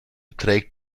trägt